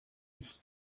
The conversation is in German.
ich